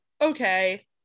Okay